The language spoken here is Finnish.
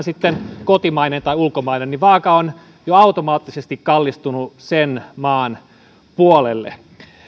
sitten kotimainen tai ulkomainen niin vaaka on jo automaattisesti kallistunut sen maan puolelle